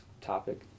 topic